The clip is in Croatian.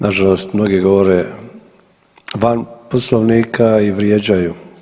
Nažalost mnogi govore van Poslovnika i vrijeđaju.